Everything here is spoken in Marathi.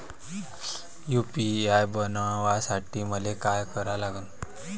यू.पी.आय बनवासाठी मले काय करा लागन?